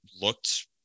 looked